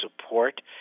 support